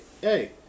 Hey